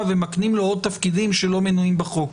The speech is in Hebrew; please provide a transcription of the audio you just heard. ומקנים לו עוד תפקידים שלא מנויים בחוק.